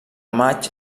matx